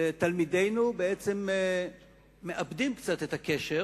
שתלמידינו בעצם מאבדים קצת את הקשר